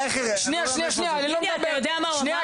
אתה יודע מה הוא אמר לי?